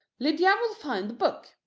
lydia will find the book.